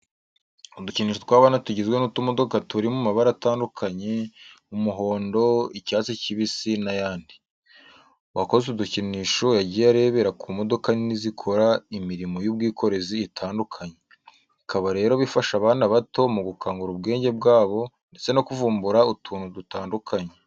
Udukinisho tw'abana tugizwe n'utumodoka turi mu mabara atandukanye, umuhondo, icyatsi kibisi n'ayandi. Uwakoze utu dukinisho yagiye arebera ku modoka nini zikora imirimo y'ubwikorezi itandukanye. Bikaba rero bifasha abana bato mu gukangura ubwenge bwabo ndetse no kuvumbura utuntu dutandukanye.